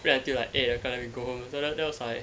play until like eight o'clock then we go home so that that was like